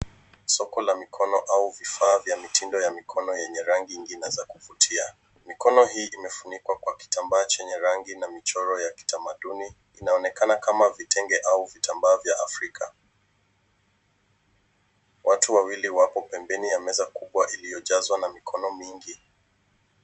Soko la mikono au vifaa vya mitindo ya mikono yenye rangi nyingi na za kuvutia . Mikono hii imefunikwa kwa kitambaa chenye rangi na michoro ya kitamaduni . Inaonekana kama vitenge au vitambaa vya Afrika . Watu wawili wako pembeni ya meza kubwa iliyojazwa na mikono mingi.